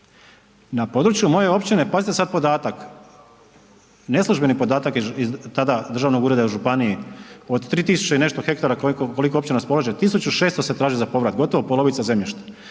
Na području moje općine, pazite sada podatak, neslužbeni podatak iz tada Državnog ureda u županiji od 3000 i nešto hektara koliko općina raspolaže 1600 se traži za povrat, gotovo polovica zemljišta.